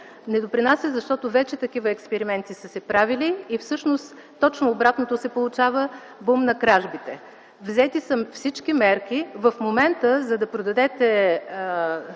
Не допринася, защото вече такива експерименти са се правили и се получава точно обратното – бум на кражбите. Взети са всички мерки: в момента, за да предадете